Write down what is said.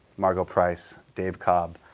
margo price, dave cobb,